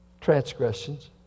transgressions